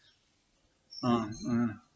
uh uh